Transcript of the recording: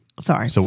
sorry